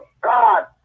God